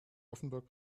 offenburg